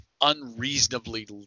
unreasonably